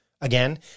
Again